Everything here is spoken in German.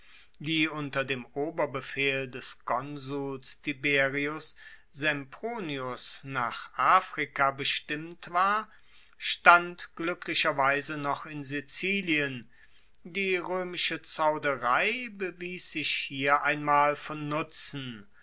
die unter dem oberbefehl des konsuls tiberius sempronius nach afrika bestimmt war stand gluecklicherweise noch in sizilien die roemische zauderei bewies sich hier einmal von nutzen